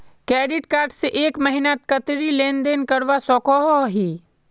Credit card से एक महीनात कतेरी लेन देन करवा सकोहो ही?